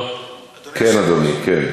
כן, אדוני.